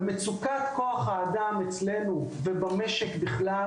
יש לנו מצוקת כוח האדם, ובכלל במשק.